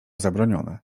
zabronione